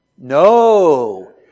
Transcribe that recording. No